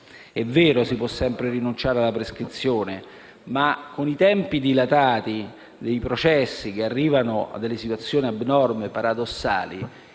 È vero: si può sempre rinunciare alla prescrizione, ma, con i tempi dilatati dei processi che arrivano a situazioni abnormi, paradossali,